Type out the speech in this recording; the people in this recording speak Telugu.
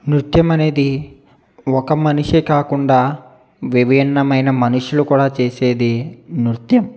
నృత్యం అనేది ఒక మనిషే కాకుండా విభిన్నమైన మనుషులు కూడా చేసేది నృత్యం